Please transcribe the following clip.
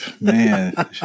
man